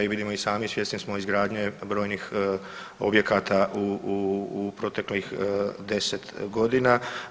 Vidimo i sami, svjesni smo izgradnje brojnih objekata u proteklih deset godina.